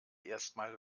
erstmal